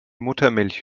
muttermilch